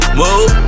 move